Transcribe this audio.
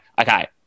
okay